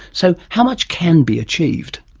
so how much can be achieved?